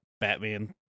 Batman